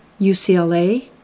UCLA